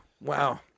Wow